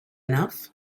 enough